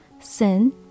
sin